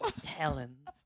talons